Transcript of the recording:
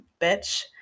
bitch